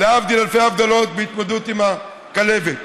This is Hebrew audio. להבדיל אלפי הבדלות, בהתמודדות עם הכלבת.